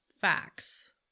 facts